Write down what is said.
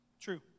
True